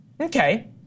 Okay